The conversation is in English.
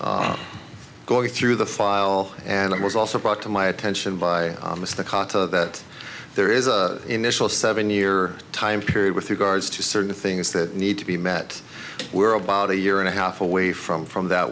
was going through the file and it was also brought to my attention by mr cotter that there is a initial seven year time period with regards to certain things that need to be met we're about a year and a half away from from that